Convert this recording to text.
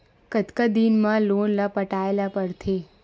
कतका दिन मा लोन ला पटाय ला पढ़ते?